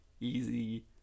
easy